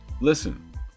Listen